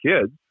kids